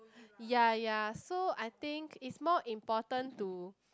ya ya so I think it's more important to